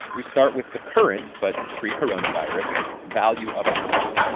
we start with the current but pre-coronavirus value of a life.